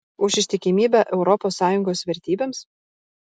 už ištikimybę europos sąjungos vertybėms